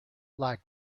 lack